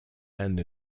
end